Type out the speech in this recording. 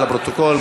לפרוטוקול,